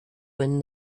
when